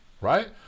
right